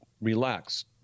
Relax